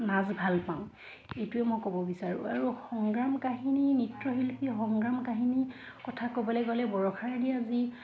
নাচ ভাল পাওঁ এইটোৱে মই ক'ব বিচাৰোঁ আৰু সংগ্ৰাম কাহিনী নৃত্যশিল্পী সংগ্ৰাম কাহিনী কথা ক'বলৈ গ'লে বৰ্ষাৰাণী আজি